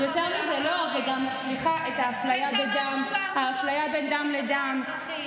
יותר מזה, לא, סליחה, וגם האפליה בין דם לדם.